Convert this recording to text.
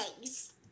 eggs